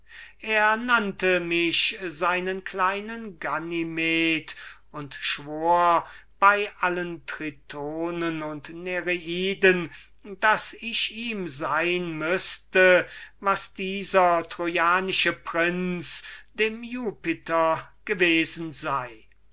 er nannte mich ganymedes und schwur bei allen tritonen und nereiden daß ich ihm sein müßte was dieser trojanische prinz dem jupiter gewesen sei